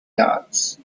yards